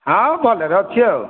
ହଁ ଭଲରେ ଅଛି ଆଉ